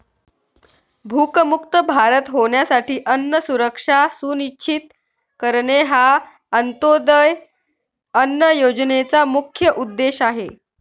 भूकमुक्त भारत होण्यासाठी अन्न सुरक्षा सुनिश्चित करणे हा अंत्योदय अन्न योजनेचा मुख्य उद्देश आहे